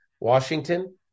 Washington